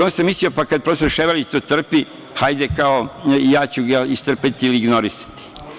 Ja sam mislio, pa, kad profesor Ševarlić to trpi, hajde, kao, i ja ću ga istrpeti i ignorisati.